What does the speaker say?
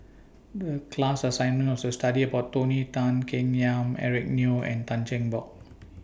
The class assignment was to study about Tony Tan Keng Yam Eric Neo and Tan Cheng Bock